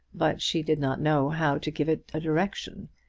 but she did not know how to give it a direction.